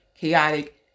chaotic